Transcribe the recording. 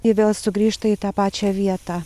ji vėl sugrįžta į tą pačią vietą